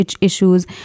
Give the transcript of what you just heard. issues